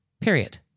period